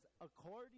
according